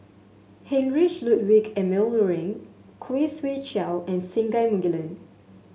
Heinrich Ludwig Emil Luering Khoo Swee Chiow and Singai Mukilan